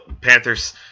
Panthers